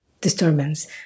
disturbance